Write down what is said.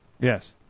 Yes